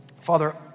Father